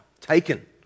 taken